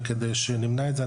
וכדי למנוע את זה,